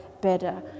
better